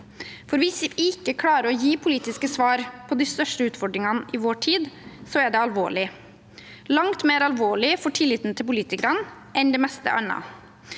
For hvis vi ikke klarer å gi politiske svar på de største utfordringene i vår tid, er det alvorlig, og langt mer alvorlig for tilliten til politikerne enn det meste annet.